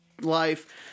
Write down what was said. life